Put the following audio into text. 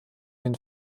den